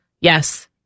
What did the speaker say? Yes